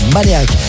Maniac